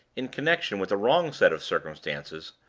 in connection with the wrong set of circumstances,